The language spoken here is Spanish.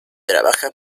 trabaja